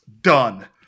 Done